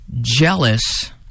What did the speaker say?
jealous